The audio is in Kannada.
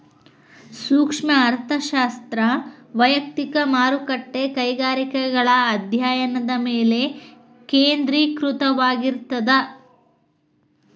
ಸೂಕ್ಷ್ಮ ಅರ್ಥಶಾಸ್ತ್ರ ವಯಕ್ತಿಕ ಮಾರುಕಟ್ಟೆ ಕೈಗಾರಿಕೆಗಳ ಅಧ್ಯಾಯನದ ಮೇಲೆ ಕೇಂದ್ರೇಕೃತವಾಗಿರ್ತದ